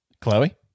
chloe